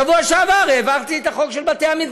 בשבוע שעבר העברתי את החוק של בתי-המדרש.